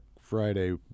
Friday